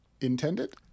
intended